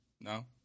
no